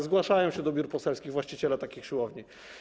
Zgłaszają się do biur poselskich właściciele takich siłowni.